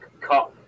cut